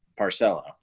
Parcello